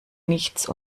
nichts